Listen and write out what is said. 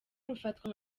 rufatwa